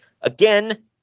Again